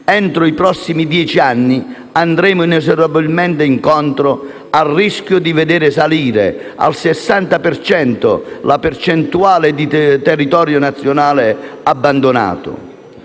entro i prossimi dieci anni andremo inesorabilmente incontro al rischio di vedere salire al 60 per cento la quota di territorio nazionale abbandonato.